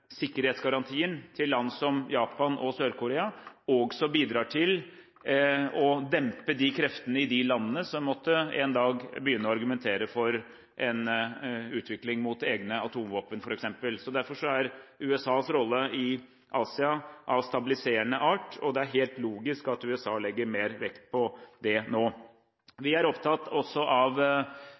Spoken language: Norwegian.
sikkerhetsgarantien til land som Japan og Sør-Korea også bidrar til å dempe de kreftene i de landene som en dag måtte begynne å argumentere for en utvikling mot f.eks. egne atomvåpen. Derfor er USAs rolle i Asia av stabiliserende art, og det er helt logisk at USA legger mer vekt på dette nå. Vi er også opptatt av